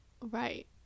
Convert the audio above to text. Right